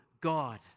God